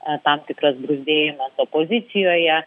tam tikras bruzdėjimas opozicijoje